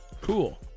Cool